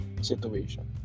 situation